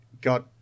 got